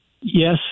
Yes